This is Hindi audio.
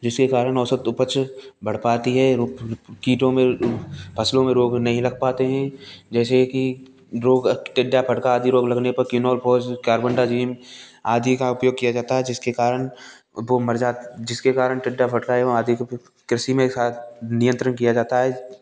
जिसके कारण औसत उपज बढ़ पाती है कीटों में फ़सलों में रोग नहीं लग पाते हैं जैसे कि रोग टिड्डा फड़का आदि रोग लगने पर आदि का उपयोग किया जाता है जिसके कारण वो मर जा जिसके कारण टिड्डा फड़का एवं आदि कृषि में नियंत्रण किया जाता है